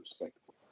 respectful